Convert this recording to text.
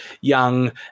young